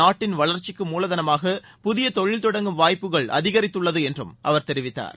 நாட்டின் வளர்ச்சிக்கு மூலதனமாக புதிய தொழில் தொடங்கும் வாய்ப்புகள் அதிகரித்துள்ளது என்றும் அவர் தெரிவித்தார்